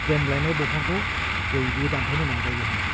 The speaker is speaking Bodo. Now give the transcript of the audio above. देमग्लायनाय दंफांखौ बयबो दानफायनो नाजायो होन्नाय